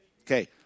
Okay